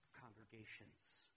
congregations